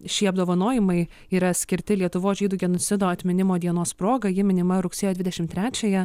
šie apdovanojimai yra skirti lietuvos žydų genocido atminimo dienos proga ji minima rugsėjo dvidešimt trečiąją